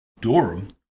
Durham